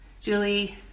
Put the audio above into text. Julie